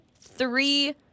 three